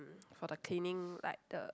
for the cleaning like the